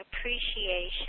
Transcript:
appreciation